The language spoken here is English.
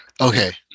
Okay